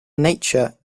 nature